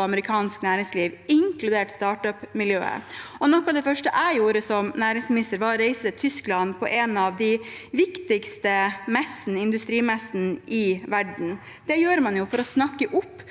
oljen kansk næringsliv, inkludert startup-miljøet. Noe av det første jeg gjorde som næringsminister, var å reise til Tyskland på en av de viktigste industrimessene i verden. Det gjorde man for å snakke opp